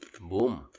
Boom